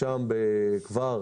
יצאנו כבר